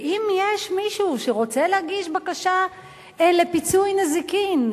ואם יש מישהו שרוצה להגיש בקשה לפיצוי נזיקין,